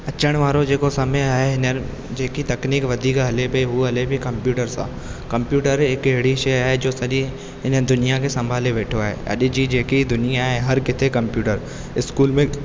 अचण वारो जेको समय आहे हीअंर जेकी तकनीक वधीक हले पई उहा हले पई कम्पयूटर सां कम्पयूटर हिकु अहिड़ी शइ आहे जो सॼी हिन दुनिया खे संभाले वेठो आहे अॼ जी जेकी दुनिया आए हर किथे कम्पयूटर स्कूल में